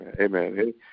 Amen